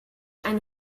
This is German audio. eine